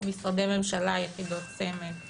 משרדי ממשלה, יחידות סמך,